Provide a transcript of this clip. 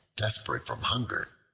desperate from hunger,